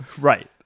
Right